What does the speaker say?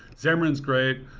xamarin is great,